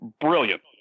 brilliant